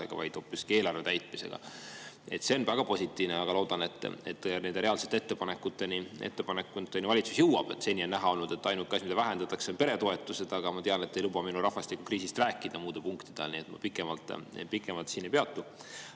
vaid hoopiski eelarve täitmisega. See on väga positiivne, ja loodan, et valitsus nende reaalsete ettepanekuteni ka jõuab. Seni on näha olnud, et ainuke asi, mida vähendatakse, on peretoetused. Aga ma tean, et te ei luba mul rahvastikukriisist rääkida muude punktide ajal, nii et ma pikemalt siin ei peatu.